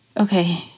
okay